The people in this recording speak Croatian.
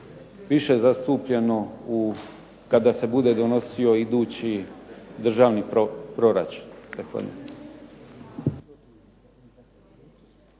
više zastupljeno kada se bude donosio idući državni proračun.